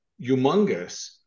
humongous